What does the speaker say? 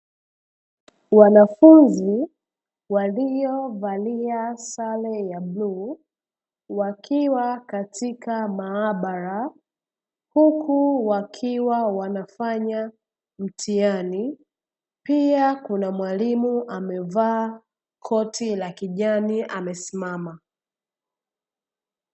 Wanafunzi waliovalia sare ya bluu wakiwa katika maabara, huku wakiwa wanafanya mtihani pia kuna mwalimu amevalia koti la kijani amesimama.